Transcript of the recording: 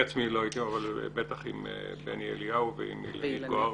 עם בני אליהו ועם אילנית גוהר